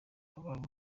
babo